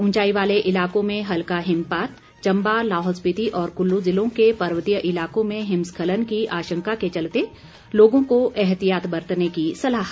उंचाई वाले इलाकों में हल्का हिमपात चम्बा लाहौल स्पिति और कुल्लू जिलों के पर्वतीय इलाकों में हिमस्खलन की आशंका के चलते लोगों को एहतियात बरतने की सलाह